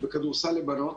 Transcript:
בכדורסל לבנות